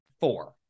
Four